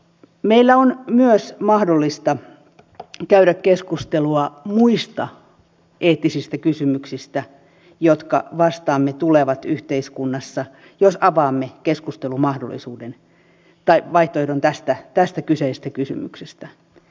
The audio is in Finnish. meillä on myös mahdollista käydä keskustelua muista eettisistä kysymyksistä jotka vastaamme tulevat yhteiskunnassa jos avaamme keskustelumahdollisuuden tai vaihtoehdon tästä kyseisestä kysymyksestä